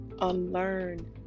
unlearn